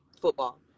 football